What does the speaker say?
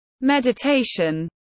meditation